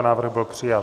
Návrh byl přijat.